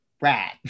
rat